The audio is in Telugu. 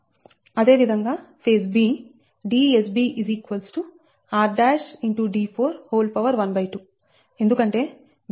అదే విధంగా ఫేజ్ b Dsb rd412 ఎందుకంటే b నుండి b దూరం d4